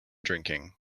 drinking